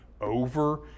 over